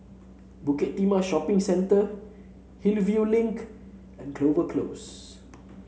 Bukit Timah Shopping Centre Hillview Link and Clover Close